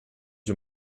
you